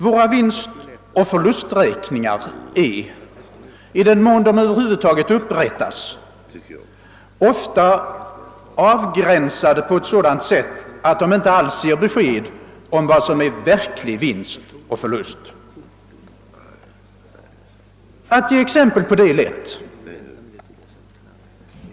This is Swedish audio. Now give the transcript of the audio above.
Våra vinstoch förlusträkningar är, i den mån de över huvud taget upprättas, ofta utformade och avgränsade på sådant sätt att de inte alls ger besked om vad som är verklig vinst och förlust. " Att ge exempel på detta är lätt.